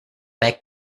back